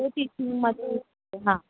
हा